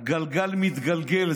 שהגלגל מתגלגל.